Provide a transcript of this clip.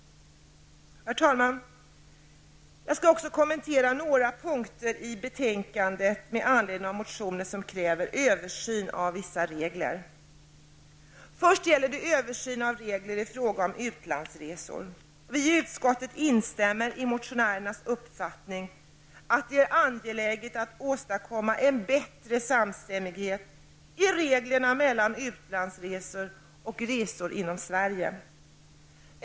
Jag vill också kommentera några punkter i betänkandet med anledning av motioner där man kräver en översyn av vissa regler. Först och främst gäller det en översyn av reglerna i fråga om utlandsresor. Vi i utskottet delar motionärernas uppfattning att det i fråga om reglerna är angeläget att åstadkomma en bättre samstämmighet när det gäller utlandsresor och resor inom Sverige.